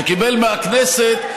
שקיבל מהכנסת,